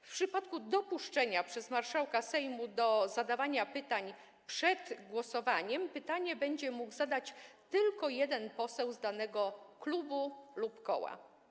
W przypadku dopuszczenia przez marszałka Sejmu do zadawania pytań przed głosowaniem pytanie będzie mógł zadać tylko jeden poseł z danego klubu lub koła.